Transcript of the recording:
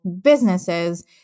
businesses